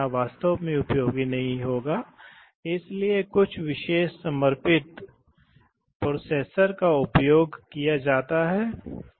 तो यह एक ऐसा अनुप्रयोग है जो दिलचस्प लगता है इसलिए विशेष रूप से ऐसी बातें न्यूमेटिक्स लॉजिक का उपयोग करके महसूस की जाती हैं